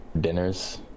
dinners